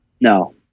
No